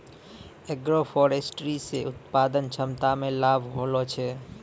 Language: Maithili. एग्रोफोरेस्ट्री से उत्पादन क्षमता मे लाभ होलो छै